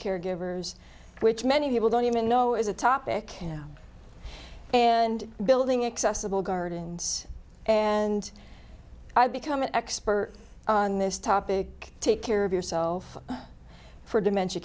caregivers which many people don't even know is a topic and building accessible gardens and i've become an expert on this topic take care of yourself for demen